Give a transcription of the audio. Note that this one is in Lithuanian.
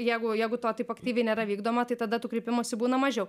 jeigu jeigu to taip aktyviai nėra vykdoma tai tada tų kreipimųsi būna mažiau